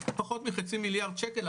פחות מחצי מיליארד שקל,